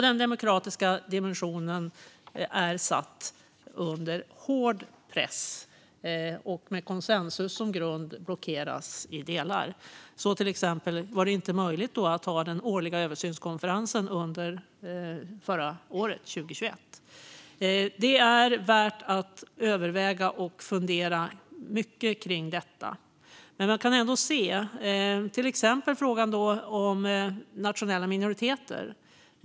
Den demokratiska dimensionen är satt under hård press, och med konsensuskravet som grund blockeras den i delar. Till exempel var det inte möjligt att ha den årliga översynskonferensen under 2021. Det är värt att överväga och fundera mycket kring detta. Till exempel kan man se på frågan om nationella minoriteter.